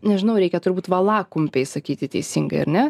nežinau reikia turbūt valakumpiai sakyti teisingai ar ne